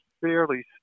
fairly